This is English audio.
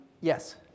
Yes